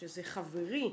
חברי,